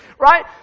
right